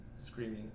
screaming